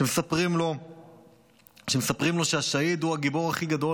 שמספרים לו שהשהיד הוא הגיבור הכי גדול